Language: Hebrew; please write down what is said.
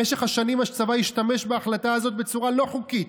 במשך השנים הצבא השתמש בהחלטה הזאת בצורה לא חוקית,